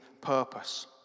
purpose